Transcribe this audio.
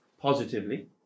positively